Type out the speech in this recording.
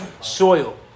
soil